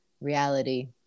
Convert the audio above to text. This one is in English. reality